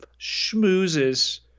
schmoozes